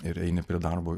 ir eini prie darbo